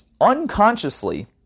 unconsciously